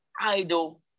idol